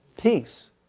Peace